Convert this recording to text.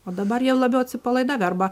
o dabar jie labiau atsipalaidavę arba